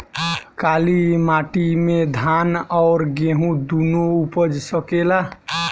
काली माटी मे धान और गेंहू दुनो उपज सकेला?